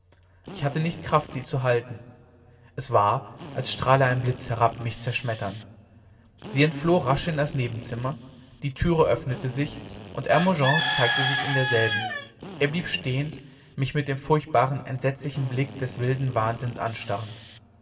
ich hatte nicht kraft sie zu halten es war als strahle ein blitz herab mich zerschmetternd sie entfloh rasch in das nebenzimmer die türe öffnete sich und hermogen zeigte sich in derselben er blieb stehen mich mit dem furchtbaren entsetzlichen blick des wilden wahnsinns anstarrend